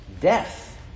death